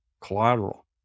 collateral